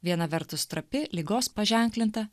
viena vertus trapi ligos paženklinta